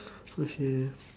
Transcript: okay